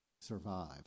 survive